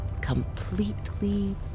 completely